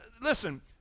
Listen